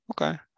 okay